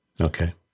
Okay